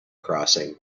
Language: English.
crossing